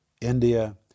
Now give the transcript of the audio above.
India